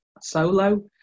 solo